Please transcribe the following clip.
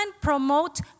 promote